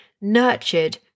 nurtured